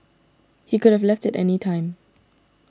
he could have left at any time